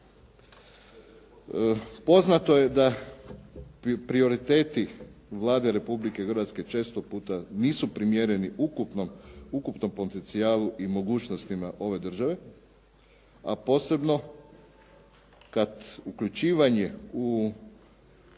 Poznato je da prioriteti Vlade Republike Hrvatske često puta nisu primjereni ukupnom potencijalu i mogućnostima ove države, a posebno kad uključivanje u